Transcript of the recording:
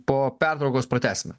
po pertraukos pratęsime